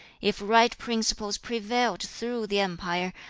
if right principles prevailed through the empire,